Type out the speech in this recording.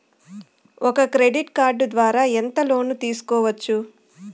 ఒక credit card ద్వారా ఎంత లోను తీసుకోవచ్చు?